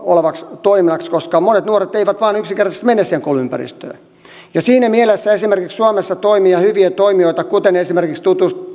olevaksi tutkinnoksi koska monet nuoret eivät vain yksinkertaisesti mene sinne kouluympäristöön siinä mielessä esimerkiksi suomessa toimii jo hyviä toimijoita kuten esimerkiksi